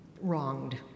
wronged